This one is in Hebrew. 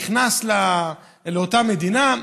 נכנס לאותה מדינה,